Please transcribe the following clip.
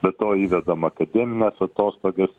be to įvedam akademines atostogas